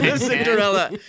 Cinderella